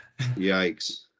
Yikes